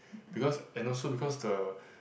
because and also because the